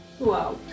wow